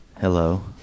Hello